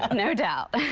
ah no doubt.